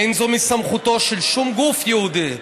אין זה מסמכותו של שום גוף יהודי,